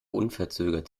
unverzögert